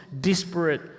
disparate